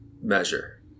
measure